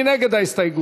מי נגד ההסתייגות?